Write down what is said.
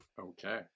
Okay